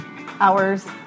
hours